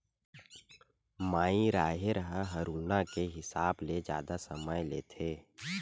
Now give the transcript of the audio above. माई राहेर ह हरूना के हिसाब ले जादा समय लेथे